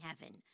heaven